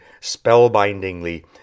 spellbindingly